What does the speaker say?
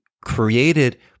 created